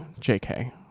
jk